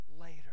later